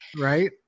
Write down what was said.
right